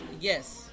Yes